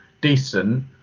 decent